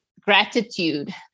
gratitude